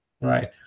Right